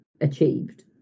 achieved